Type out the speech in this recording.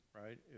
right